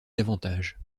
davantage